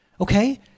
okay